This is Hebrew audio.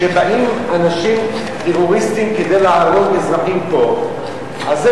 כשבאים אנשים טרוריסטים כדי להרוג אזרחים פה אז,